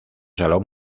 salón